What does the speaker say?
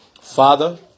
Father